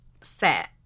set